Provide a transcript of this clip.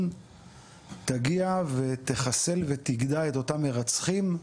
תגיע ותחסל ותגדע את אותם מרצחים,